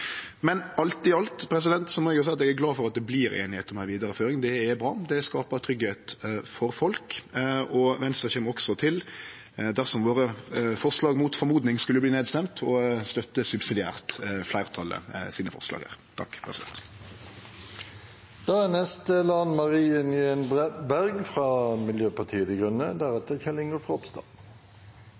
i alt må eg seie eg er glad for at det vert einigheit om ei vidareføring. Det er bra, det skapar tryggleik for folk. Venstre kjem også – dersom våre forslag heilt uventa skulle verte nedstemte – til subsidiært å støtte fleirtalet sine forslag